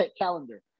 calendar